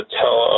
tell